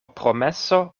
promeso